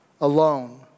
alone